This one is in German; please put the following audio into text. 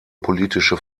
politische